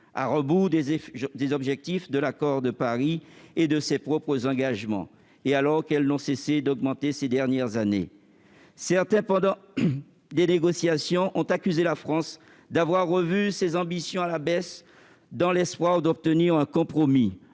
à rebours des objectifs de l'accord de Paris et de ses propres engagements, et alors que celles-ci n'ont cessé d'augmenter ces dernières années. Pendant ces négociations, certains ont accusé la France d'avoir revu ses ambitions à la baisse dans l'espoir d'obtenir un compromis,